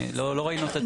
לא ראינו את הסעיף.